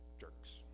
jerks